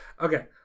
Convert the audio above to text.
Okay